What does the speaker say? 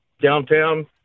downtown